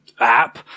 app